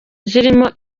zirimo